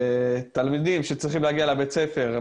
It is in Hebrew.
תלמידים שצריכים להגיע לבית הספר,